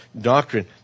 doctrine